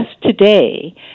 today